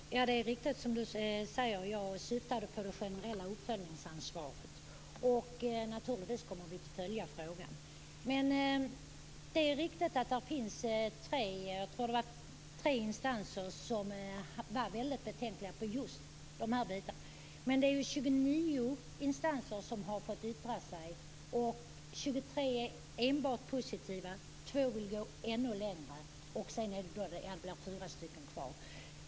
Fru talman! Det är riktigt som Helena Bargholtz säger. Jag syftade på det generella uppföljningsansvaret. Naturligtvis kommer vi att följa frågan. Det är riktigt att det finns tre instanser, tror jag att det är, som är mycket betänksamma när det gäller just de här delarna. Men det är 29 instanser som har fått yttra sig, och 23 är enbart positiva. Två vill gå ännu längre. Ja, sedan blir det fyra stycken kvar.